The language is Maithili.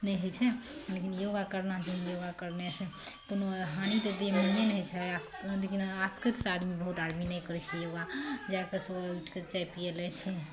नहि होइ छै लेकिन योगा करना चाही योगा करनेसँ कोनो हानि तऽ देहमे नहि ने होइ छै लेकिन आसकतिसँ आदमी बहुत आदमी नहि करै छै योगा जाइ कऽ सुबह उठि कऽ चाय पियै लै छै